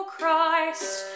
Christ